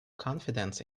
confidence